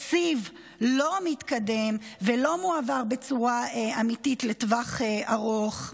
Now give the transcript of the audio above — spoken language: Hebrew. התקציב לא מתקדם ולא מועבר בצורה אמיתית לטווח ארוך.